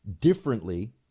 differently